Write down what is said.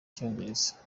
icyongereza